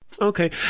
Okay